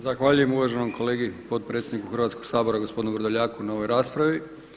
Zahvaljujem uvaženom kolegi potpredsjedniku Hrvatskog sabora gospodinu Vrdoljaku na ovoj raspravi.